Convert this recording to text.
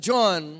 John